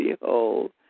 behold